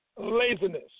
laziness